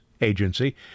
agency